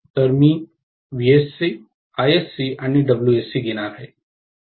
तर मी Vsc Isc आणि Wsc घेणार आहे